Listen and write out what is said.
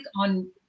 on